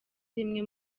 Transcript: rimwe